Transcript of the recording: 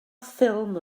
ffilm